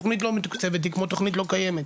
תכנית לא מתוקצבת היא כמו תכנית לא קיימת,